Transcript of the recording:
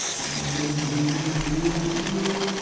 eely, weely, peely, eely,